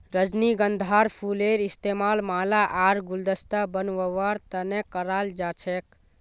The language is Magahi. रजनीगंधार फूलेर इस्तमाल माला आर गुलदस्ता बनव्वार तने कराल जा छेक